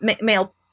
Male